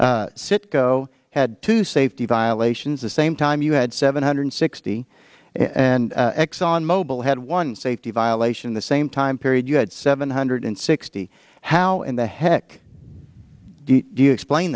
citco had to safety violations the same time you had seven hundred and sixty and exxonmobil had one safety violation the same time you had seven hundred and sixty how in the heck do you explain